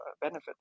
benefit